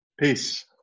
Peace